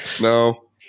No